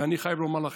ואני חייב לומר לכם,